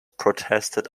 protested